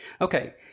Okay